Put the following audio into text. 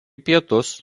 pietus